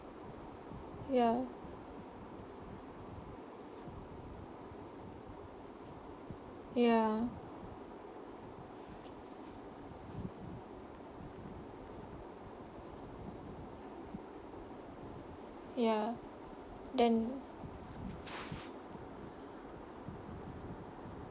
ya ya ya then